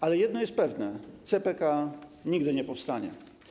Ale jedno jest pewne: CPK nigdy nie powstanie.